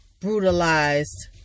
brutalized